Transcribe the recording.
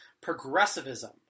progressivism